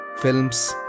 films